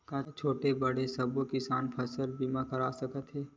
का छोटे बड़े सबो किसान फसल बीमा करवा सकथे?